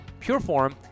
Pureform